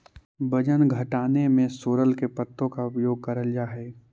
वजन घटाने में सोरल के पत्ते का उपयोग करल जा हई?